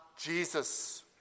Jesus